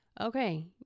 okay